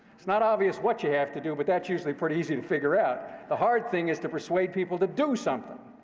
it's not obvious what you have to do, but that's usually pretty easy to and figure out. the hard thing is to persuade people to do something.